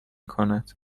کند